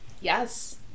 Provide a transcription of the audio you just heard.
yes